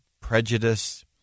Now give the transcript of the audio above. prejudice